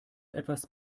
etwas